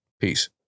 Peace